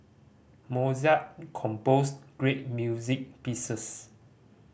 Mozart composed great music pieces